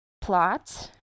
plot